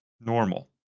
normal